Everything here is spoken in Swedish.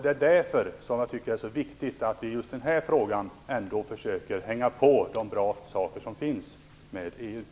Det är därför som jag tycker att det är viktigt att vi just i den här frågan ändå försöker hänga på de bra saker som finns med EU.